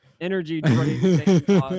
energy